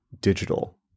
digital